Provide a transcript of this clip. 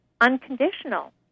unconditional